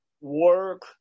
work